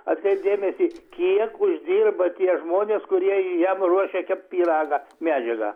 atkreipt dėmesį kiek uždirba tie žmonės kurie jam ruošia kept pyragą medžiagą